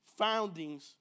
foundings